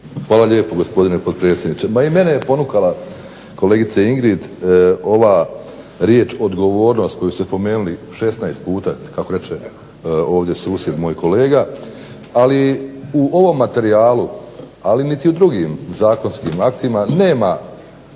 Hvala lijepo gospodine potpredsjedniče. Ma i mene je ponukala kolegice Ingrid ova riječ odgovornost koju ste spomenuli 16 puta, kako reče ovdje susjed moj kolega, ali u ovom materijalu, ali niti u drugim zakonskim aktima nema